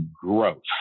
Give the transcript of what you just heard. growth